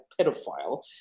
pedophile